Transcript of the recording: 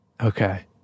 Okay